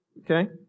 okay